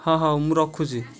ହଁ ହଉ ମୁଁ ରଖୁଛି